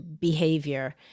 behavior